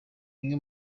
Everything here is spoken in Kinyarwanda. bimwe